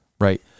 right